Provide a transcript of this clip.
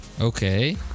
Okay